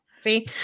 See